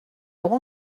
will